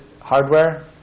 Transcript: Hardware